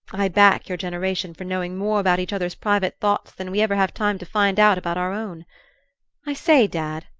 i back your generation for knowing more about each other's private thoughts than we ever have time to find out about our own i say, dad,